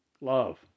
love